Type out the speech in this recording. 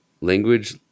language